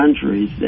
countries